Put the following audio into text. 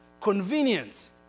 Convenience